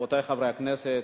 רבותי חברי הכנסת,